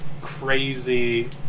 crazy